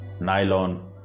nylon